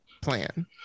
plan